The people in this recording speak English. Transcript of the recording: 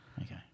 Okay